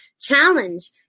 challenge